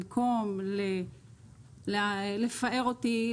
במקום לפאר אותי,